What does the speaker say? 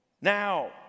Now